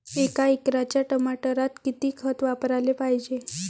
एका एकराच्या टमाटरात किती खत वापराले पायजे?